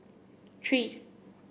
three